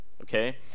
Okay